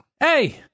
Hey